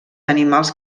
animals